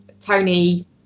Tony